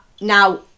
Now